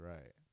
Right